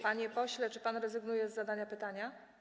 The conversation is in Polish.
Panie pośle, czy pan rezygnuje z zadania pytania?